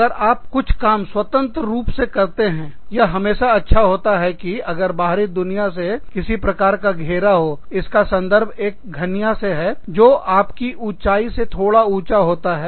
अगर आप कुछ काम स्वतंत्र पूर्वक करते हैंयह हमेशा से अच्छा होता है कि अगर बाहरी दुनिया से किसी प्रकार का घेरा हो इसका संदर्भ एक घनिया से हैजो आप की ऊंचाई से थोड़ा ऊंचा होता है